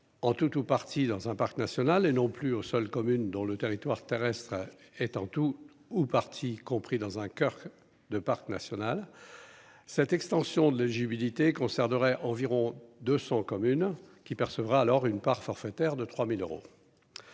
en tout ou partie dans un parc national et non plus aux seules communes dont le territoire terrestre est, en tout ou partie, y compris dans un coeur de parc national cette extension de la j'humidité concernerait environ 200 communes qui percevra alors une part forfaitaire de 3000 euros